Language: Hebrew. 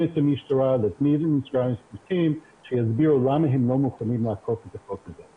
את המשטרה כדי שיסבירו למה הם לא מוכנים לאכוף את החוק.